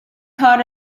hot